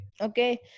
Okay